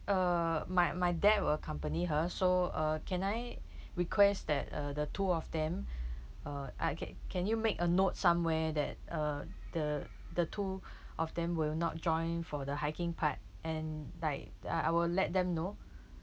uh my my dad will accompany her so uh can I request that uh the two of them uh okay can you make a note somewhere that uh the the two of them will not join for the hiking part and like ah I will let them know